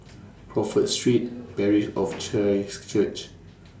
Crawford Street Parish of Church